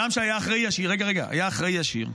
-- זה אדם שהיה אחראי ישיר.